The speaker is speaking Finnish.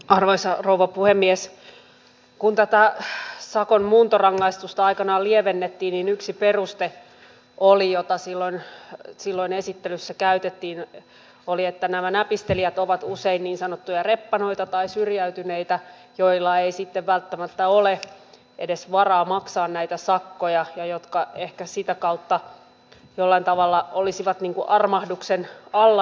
kun tätä sakon muuntorangaistusta aikanaan lievennettiin niin yksi peruste jota silloin esittelyssä käytettiin oli se että nämä näpistelijät ovat usein niin sanottuja reppanoita tai syrjäytyneitä joilla ei sitten välttämättä ole edes varaa maksaa näitä sakkoja ja jotka ehkä sitä kautta jollain tavalla olisivat niin kuin armahduksen alla